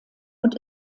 und